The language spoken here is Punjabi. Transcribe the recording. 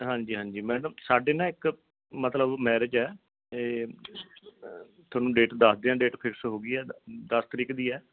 ਹਾਂਜੀ ਹਾਂਜੀ ਮੈਂ ਨਾ ਸਾਡੇ ਨਾ ਇੱਕ ਮਤਲਬ ਮੈਰਿਜ ਹੈ ਅਤੇ ਤੁਹਾਨੂੰ ਡੇਟ ਦੱਸ ਦਿਆਂ ਡੇਟ ਫਿਕਸ ਹੋ ਗਈ ਹੈ ਦਸ ਤਾਰੀਖ ਦੀ ਹੈ